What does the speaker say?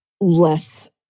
less